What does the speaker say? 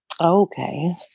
Okay